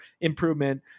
improvement